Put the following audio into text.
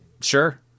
Sure